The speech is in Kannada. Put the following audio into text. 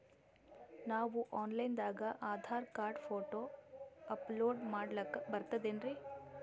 ನಾವು ಆನ್ ಲೈನ್ ದಾಗ ಆಧಾರಕಾರ್ಡ, ಫೋಟೊ ಅಪಲೋಡ ಮಾಡ್ಲಕ ಬರ್ತದೇನ್ರಿ?